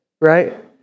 right